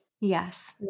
yes